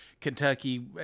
Kentucky